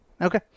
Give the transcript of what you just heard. Okay